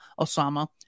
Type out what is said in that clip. Osama